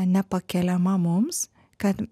nepakeliama mums kad